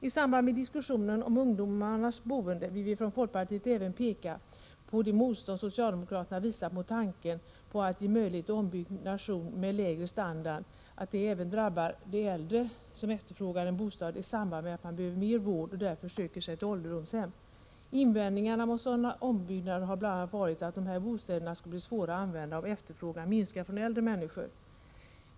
I samband med diskussionen om ungdomars boende vill vi från folkpartiet även peka på att det motstånd socialdemokraterna visat mot tanken på att ge möjlighet till ombyggnation med lägre standard även drabbar de äldre som efterfrågar en bostad i samband med att de behöver mer vård och därför söker sig till ålderdomshem. Invändningarna mot sådana ombyggnader har bl.a. varit att dessa bostäder skulle bli svåra att använda, om efterfrågan minskar från äldre människor.